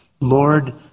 Lord